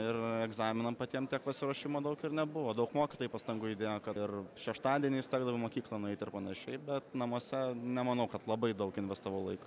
ir egzaminam patiem tiek pasiruošimo daug ir nebuvo daug mokytojai pastangų įdėjo kad ir šeštadieniais tekdavo mokyklon eit ir panašiai bet namuose nemanau kad labai daug investavau laiko